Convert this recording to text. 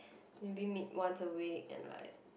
maybe meet once a week and like